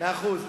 מאה אחוז,